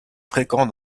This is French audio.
fréquent